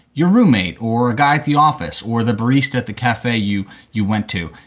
your roommate or a guy at the office or the barista at the cafe you you went to.